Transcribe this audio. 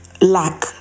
lack